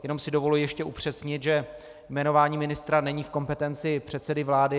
Jenom si dovoluji ještě upřesnit, že jmenování ministra není v kompetenci předsedy vlády.